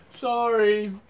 sorry